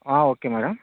okay madam